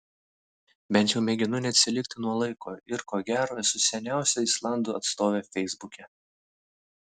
bent jau mėginu neatsilikti nuo laiko ir ko gero esu seniausia islandų atstovė feisbuke